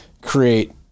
create